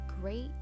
great